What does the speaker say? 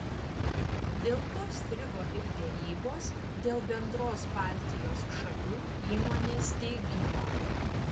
dėl to strigo ir derybos dėl bendros baltijos šalių įmonės steigimo